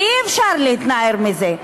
ואי-אפשר להתנער מזה.